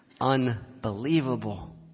Unbelievable